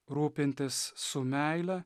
rūpintis su meile